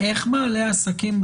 איך בעלי עסקים,